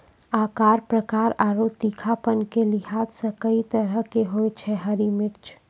आकार, प्रकार आरो तीखापन के लिहाज सॅ कई तरह के होय छै हरी मिर्च